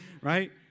Right